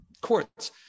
courts